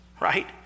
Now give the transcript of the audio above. right